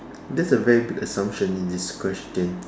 that's a very big assumption in this questions